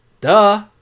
Duh